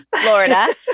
florida